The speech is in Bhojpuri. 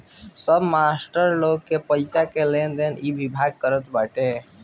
सब मास्टर लोग के पईसा के लेनदेन इ विभाग करत बाटे